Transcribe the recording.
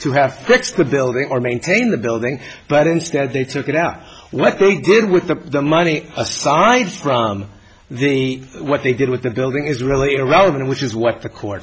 to have fixed the building or maintain the building but instead they took it out what they did with the money aside from the what they did with the building is really irrelevant which is what the court